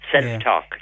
Self-talk